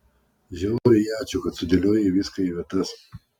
žiauriai ačiū kad sudėliojai viską į vietas